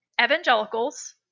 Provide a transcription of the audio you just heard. evangelicals